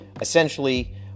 Essentially